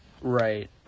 Right